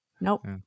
Nope